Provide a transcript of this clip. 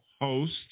host